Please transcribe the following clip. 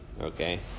okay